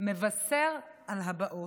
מבשר על הבאות.